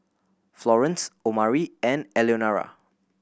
Florence Omari and Eleonora